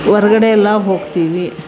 ಹೊರಗಡೆ ಎಲ್ಲ ಹೋಗ್ತೀವಿ